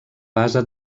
base